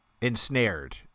ensnared